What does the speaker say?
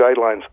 guidelines